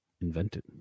invented